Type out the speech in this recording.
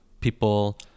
people